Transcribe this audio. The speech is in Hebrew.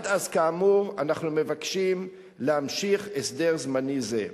עד אז, כאמור, אנחנו מבקשים להמשיך הסדר זמני זה.